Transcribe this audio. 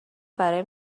برای